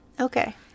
Okay